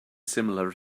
similar